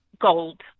gold